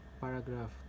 Paragraph